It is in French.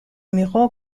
miro